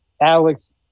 Alex